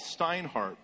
Steinhardt